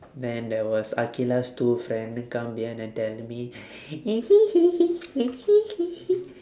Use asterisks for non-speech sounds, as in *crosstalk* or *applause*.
then there was aqilah's two friend come behind and tell me *laughs*